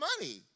money